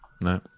No